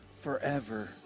forever